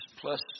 plus